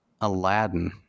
Aladdin